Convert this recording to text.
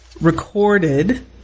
recorded